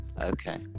okay